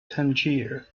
tangier